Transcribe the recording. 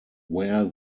where